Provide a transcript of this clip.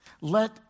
Let